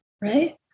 right